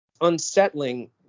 unsettling